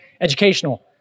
educational